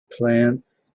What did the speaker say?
plants